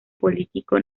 político